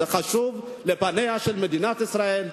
זה חשוב לפניה של מדינת ישראל,